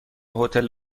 هتل